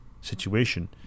situation